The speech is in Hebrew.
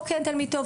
או כן תלמיד טוב,